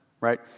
Right